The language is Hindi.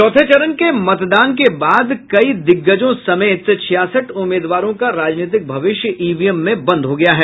चौथे चरण के मतदान के बाद कई दिग्गजों समेत छियासठ उम्मीदवारों का राजनीतिक भविष्य ईवीएम में बंद हो गया है